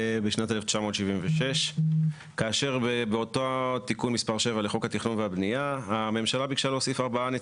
מ/1606; והצעת חוק התכנון והבנייה (תיקון מס' 141),